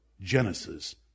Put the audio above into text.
Genesis